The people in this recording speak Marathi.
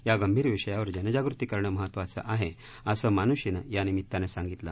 या गंभीर विषयावर जनजागृती करणे महत्त्वाचं आहेअसं मानृषीनं यानिमित्तानं सांगितलं